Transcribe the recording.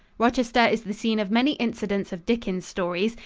rochester is the scene of many incidents of dickens' stories.